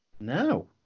No